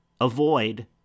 avoid